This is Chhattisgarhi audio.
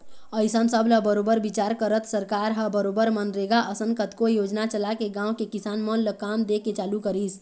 अइसन सब ल बरोबर बिचार करत सरकार ह बरोबर मनरेगा असन कतको योजना चलाके गाँव के किसान मन ल काम दे के चालू करिस